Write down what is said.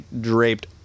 Draped